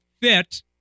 fit